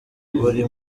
buri